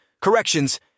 corrections